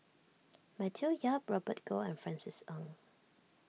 Matthew Yap Robert Goh and Francis Ng